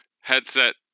headset